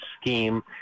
scheme